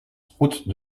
route